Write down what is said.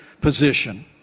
position